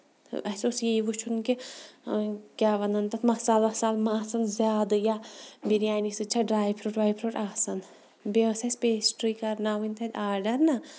تہٕ اَسہِ اوس یی وُچھُن کہِ کیاہ وَنان تَتھ مسال وَسال مہ آسان زیادٕ یا بِریانی سۭتۍ چھا ڈراے فروٗٹ ورار فروٗٹ آسان بیٚیہِ اوس اَسہِ پیسٹری کرناوٕنۍ تتہِ آرڈر نہ